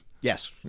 Yes